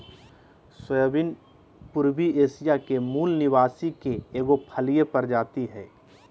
soybean पूर्वी Asia के मूल निवासी के एगो फलिय प्रजाति हइ